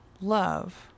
love